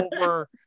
over